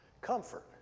comfort